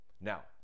Now